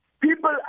people